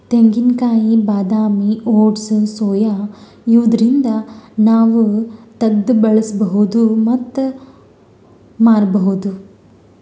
ತೆಂಗಿನಕಾಯಿ ಬಾದಾಮಿ oats soya ಇವ್ದರಿಂದ್ ನಾವ್ ತಗ್ದ್ ಬಳಸ್ಬಹುದ್ ಮತ್ತ್ ಮಾರ್ಬಹುದ್